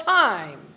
time